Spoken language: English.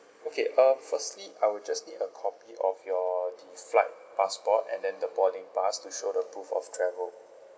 okay um firstly I'll just need a copy of your the flight passport and then the boarding pass to show the proof of travel